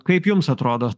kaip jums atrodo